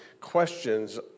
questions